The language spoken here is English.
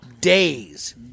Days